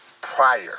prior